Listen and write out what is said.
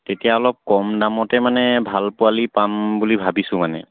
তেতিয়া অলপ কম দামতে মানে ভাল পোৱালি পাম বুলি ভাবিছোঁ মানে